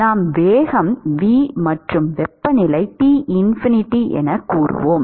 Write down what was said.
நாம் வேகம் V மற்றும் வெப்பநிலை T∞ என கூறுவோம்